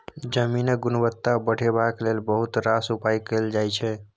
जमीनक गुणवत्ता बढ़ेबाक लेल बहुत रास उपाय कएल जाइ छै